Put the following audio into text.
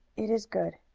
it is good,